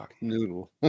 noodle